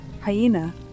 Hyena